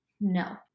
no